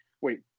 wait